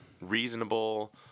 reasonable